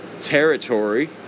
territory